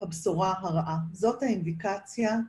הבשורה הרעה. זאת האינדיקציה.